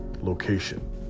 location